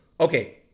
Okay